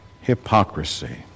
hypocrisy